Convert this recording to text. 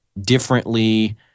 differently